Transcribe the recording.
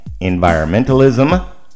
environmentalism